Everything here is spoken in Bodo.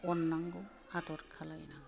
अन्नांगौ आदर खालायनांगौ